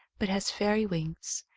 but has fairy wings.